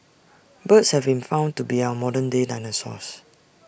birds have been found to be our modern day dinosaurs